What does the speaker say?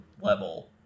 level